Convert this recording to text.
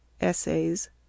Essays